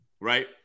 right